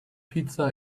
pizza